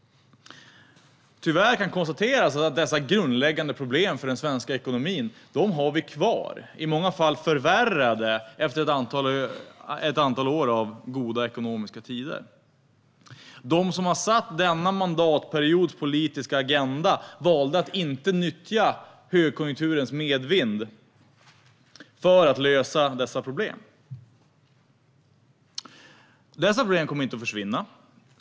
Tyvärr kan det konstateras att dessa grundläggande problem för den svenska ekonomin har vi kvar, i många fall förvärrade efter ett antal år av goda ekonomiska tider. De som satte denna mandatperiods politiska agenda valde att inte nyttja högkonjunkturens medvind för att lösa dessa problem. Dessa problem kommer inte att försvinna.